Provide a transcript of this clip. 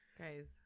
Guys